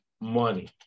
money